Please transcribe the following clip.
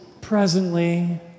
presently